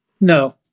No